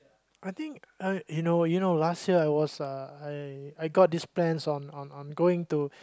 I think I you know you know last year I was uh I I got this plans on on on on going to